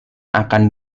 akan